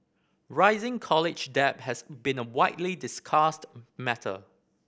rising college debt has been a widely discussed matter